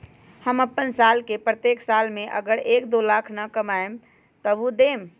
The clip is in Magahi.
हम अपन साल के प्रत्येक साल मे अगर एक, दो लाख न कमाये तवु देम?